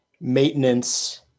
maintenance